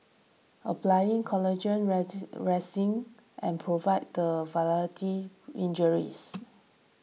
applying collagenand and provide the variety injuries